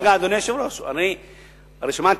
רגע, אדוני היושב-ראש, אני הרי שמעתי.